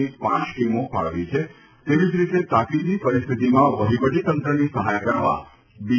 ની પાંચ ટીમો ફાળવી છે તેવી જ રીતે તાકીદની પરિસ્થિતિમાં વહિવટીતંત્રની સહાય કરવા બી